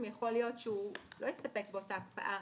יכול להיות שהוא לא הסתפק באותה הקפאה